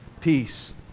Peace